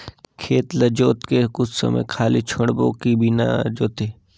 खेत ल जोत के कुछ समय खाली छोड़बो कि बिना जोते?